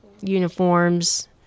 uniforms